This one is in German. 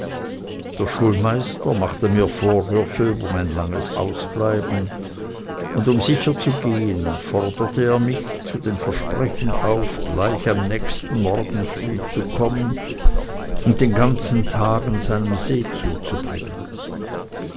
der schulmeister machte mir vorwürfe über mein langes ausbleiben und um sicher zu gehen forderte er mich zu dem versprechen auf gleich am nächsten morgen früh zu kommen und den ganzen tag an seinem see zuzubringen